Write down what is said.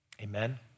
Amen